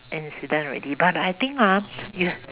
incident already but I think hor you